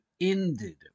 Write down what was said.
ended